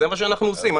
זה מה שאנחנו עושים.